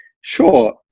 sure